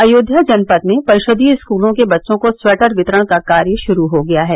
अयोध्या जनपद में परिषदीय स्कूलों के बच्चों को स्वेटर वितरण का कार्य शुरू हो गया है